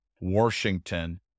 Washington